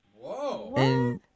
Whoa